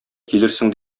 килерсең